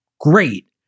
Great